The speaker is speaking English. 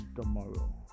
tomorrow